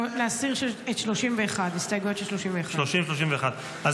להסיר את ההסתייגויות של 31. 30 31. אז